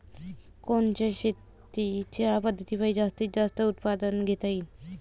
कोनच्या शेतीच्या पद्धतीपायी जास्तीत जास्त उत्पादन घेता येईल?